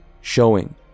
showing